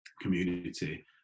community